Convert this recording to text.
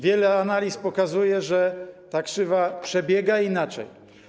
Wiele analiz pokazuje, że ta krzywa przebiega inaczej.